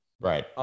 right